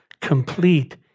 complete